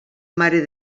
mare